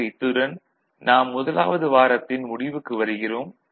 ஆக இத்துடன் நாம் முதலாவது வாரத்தின் முடிவுக்கு வருகிறோம்